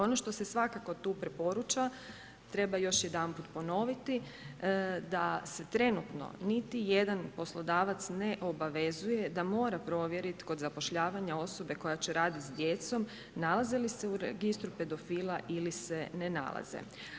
Ono što se svakako tu preporuča, treba još jedanput ponoviti da se trenutno niti jedan poslodavac obavezuje da mora provjeriti kod zapošljavanja osobe koja će raditi s djecom, nalazi li se u registru pedofila ili se ne nalaze.